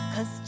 Cause